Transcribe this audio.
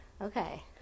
Okay